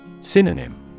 Synonym